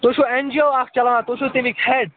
تُہۍ چھِو N G O اَکھ چَلاوان تُہۍ چھِو تَمِکۍ ہٮ۪ڈ